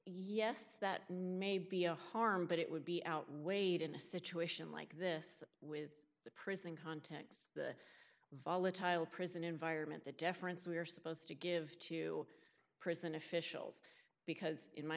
yes that may be a harm but it would be outweighed in a situation like this with the prison context the volatile prison environment the deference we're supposed to give to prison officials because in my